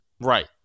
Right